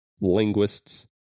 linguists